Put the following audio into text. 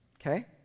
okay